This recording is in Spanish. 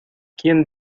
quien